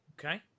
Okay